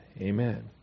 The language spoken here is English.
Amen